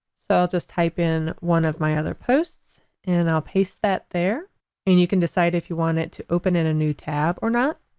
so i'll just type in one of my other posts and i'll paste that there and you can decide if you want it to open in a new tab or not.